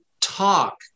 talk